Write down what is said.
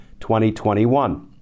2021